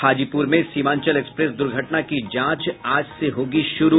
हाजीपुर में सीमांचल एक्सप्रेस द्र्घटना की जांच आज से होगी शुरू